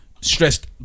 stressed